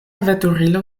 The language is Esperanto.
veturilo